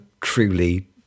truly